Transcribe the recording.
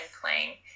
playing